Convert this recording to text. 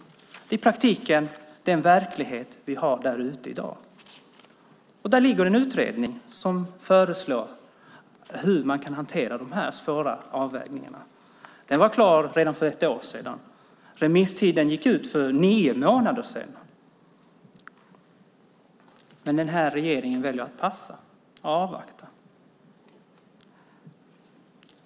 Det är i praktiken den verklighet vi har där ute i dag. Det finns en utredning som föreslår hur man kan hantera de här svåra avvägningarna. Den var klar redan för ett år sedan. Remisstiden gick ut för nio månader sedan, men den här regeringen väljer att passa, att avvakta.